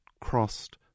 crossed